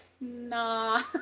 nah